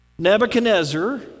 Nebuchadnezzar